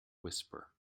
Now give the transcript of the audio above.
whisper